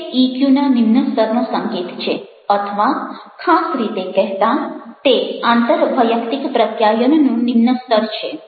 તે ઇક્યુના નિમ્ન સ્તરનો સંકેત છે અથવા ખાસ રીતે કહેતાં તે આંતરવૈયક્તિક પ્રત્યાયનનું નિમ્ન સ્તર છે